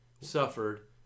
suffered